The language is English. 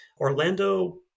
Orlando